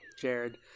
Jared